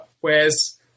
Whereas